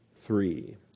three